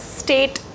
state